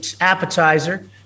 appetizer